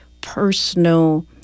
personal